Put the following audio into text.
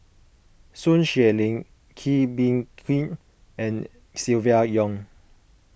Sun Xueling Kee Bee Khim and Silvia Yong